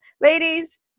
ladies